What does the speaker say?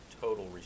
total